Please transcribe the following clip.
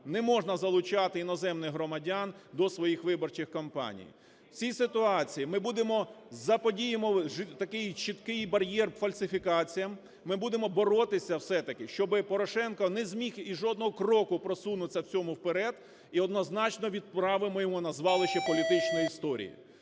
не можна залучати іноземних громадян до своїх виборчих кампаній. В цій ситуації ми будемо… заподіємо такий чіткий бар'єр фальсифікаціям, ми будемо боротися все-таки, щоби Порошенко не зміг і жодного кроку просунутися в цьому вперед, і однозначно відправимо його на звалище політичної історії.